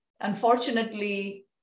Unfortunately